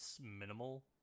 minimal